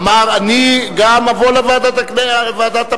אמר: גם אני אבוא לוועדת הפנים.